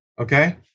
Okay